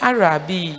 Arabi